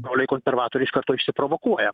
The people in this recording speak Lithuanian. broliai konservatoriai iš karto išsiprovokuoja